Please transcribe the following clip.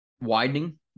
widening